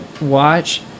watch